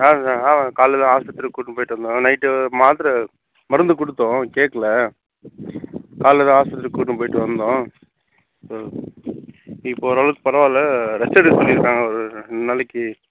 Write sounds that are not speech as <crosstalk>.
<unintelligible> காலையில் தான் ஹாஸ்பத்திரிக்கு கூட்ப் போயிட்டு வந்தோம் நைட்டு மாத்திரை மருந்து கொடுத்தோம் கேட்கல காலையில் தான் ஹாஸ்பத்திரிக்கு கூட்டின்னு போயிட்டு வந்தோம் ஆ இப்போ ஓரளவுக்கு பரவாயில்ல ரெஸ்ட்டு எடுக்க சொல்லிருக்காங்க ஒரு ரெண்டு நாளைக்கு